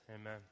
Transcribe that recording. Amen